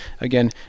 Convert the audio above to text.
again